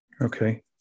Okay